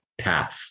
path